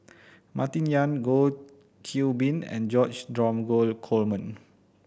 Martin Yan Goh Qiu Bin and George Dromgold Coleman